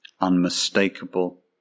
Unmistakable